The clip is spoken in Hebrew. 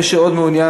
מי שעוד מעוניין,